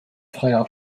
frères